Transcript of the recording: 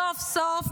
סוף-סוף,